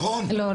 לא.